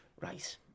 right